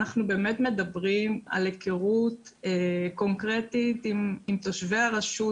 אנחנו מדברים על היכרות קונקרטית עם תושבי הרשות,